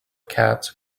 cats